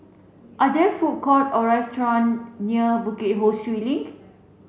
are there food court or restaurants near Bukit Ho Swee Link